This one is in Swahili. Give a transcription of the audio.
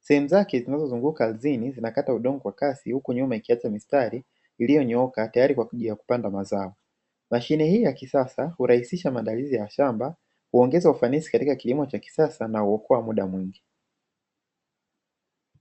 sehemu zake zinazozunguka ardhini zinakata udongo kwa kasi, huku nyuma ikiacha mistari iliyonyooka, tayari kwa ajili ya kupanda mazao. Mashine hii ya kisasa kwa hurahisisha maandalizi ya shamba, huongeza ufanisi katika kilimo cha kisasa na huokoa muda mwingi.